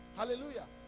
hallelujah